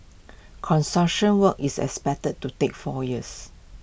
construction work is expected to take four years